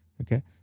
Okay